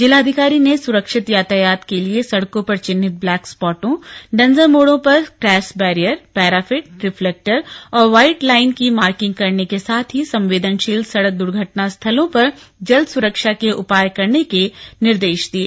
जिलाधिकारी ने सुरक्षित यातायात के लिए सड़कों पर चिन्हित ब्लैक स्पॉटों डेंजर मोडों पर क्रैश बैरियर पैराफीट रिफ्लेक्टर और वाइट लाइन की मार्किंग करने के साथ ही संवेदनशील सड़क दुर्घटना स्थलों पर जल्द सुरक्षा के उपाय करने के निर्देश दिये